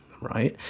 Right